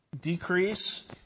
decrease